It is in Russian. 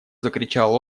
закричал